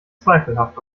zweifelhaft